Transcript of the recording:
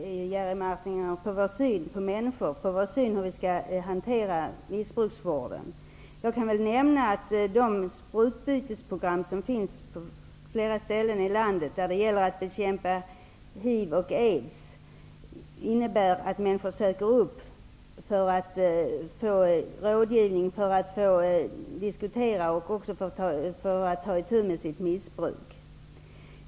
Herr talman! Jerry Martinger, det gäller vår syn på människor och vår syn på hur vi skall hantera missbrukarvården. Jag kan nämna att de sprutbytesprogram som finns på flera ställen i landet, där det gäller att bekämpa HIV och aids, innebär att människor kommer för att få råd, för att diskutera och för att ta itu med sitt missbruk.